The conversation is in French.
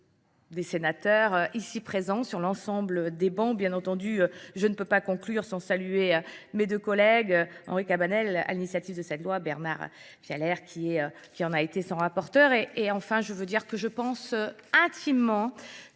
des sénateurs ici présents sur l'ensemble des bancs. Bien entendu, je ne peux pas conclure sans saluer mes deux collègues Henri Cabanel à l'initiative de cette loi, Bernard J'ai l'air qu'il y en a été 100 rapporteurs et enfin je veux dire que je pense intimement